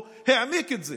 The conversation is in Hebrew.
הוא העמיק את זה